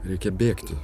reikia bėgti